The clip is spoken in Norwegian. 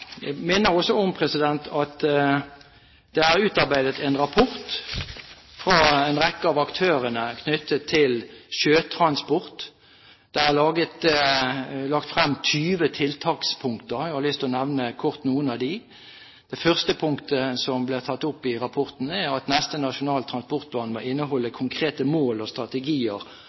Jeg minner også om at det er utarbeidet en rapport fra en rekke av aktørene knyttet til sjøtransport. Det er lagt frem 20 tiltakspunkter. Jeg har lyst til å nevne kort noen av dem: Det første punktet som blir tatt opp i rapporten, er at neste Nasjonal transportplan må inneholde konkrete mål og strategier